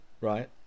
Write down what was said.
right